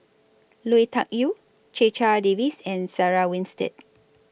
Lui Tuck Yew Checha Davies and Sarah Winstedt